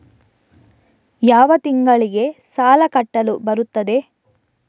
ಯಾವ ತಿಂಗಳಿಗೆ ಸಾಲ ಕಟ್ಟಲು ಬರುತ್ತದೆ?